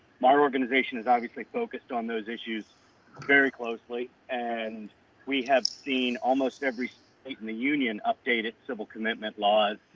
my organization is obviously focused on those issues very closely. and we have seen almost every state in the union update civil commitment laws